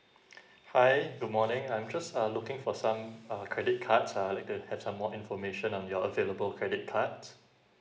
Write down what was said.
hi good morning I'm just uh looking for some uh credit cards uh like to have some more information on your available credit cards